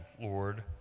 Lord